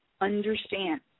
Understand